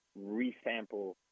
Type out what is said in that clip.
resample